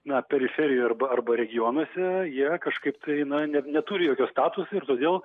na periferijoj arba arba regionuose jie kažkaip tai na ne neturi jokio statuso ir todėl